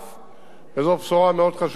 זאת תהיה הכניסה השלישית לעיר רהט.